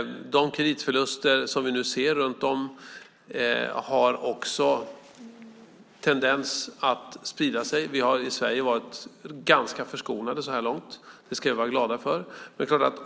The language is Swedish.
De kreditförluster som vi nu ser har en tendens att sprida sig. I Sverige har vi varit ganska förskonade så här långt. Det ska vi vara glada för.